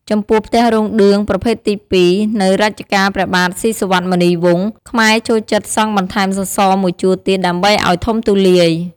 ចំពោះផ្ទះរោងឌឿងប្រភេទទី២ នៅរជ្ជកាលព្រះបាទស៊ីសុវត្ថិមុនីវង្ស ខ្មែរចូលចិត្តសង់បន្ថែមសសរ១ជួរទៀតដើម្បីឲ្យធំទូលាយ ។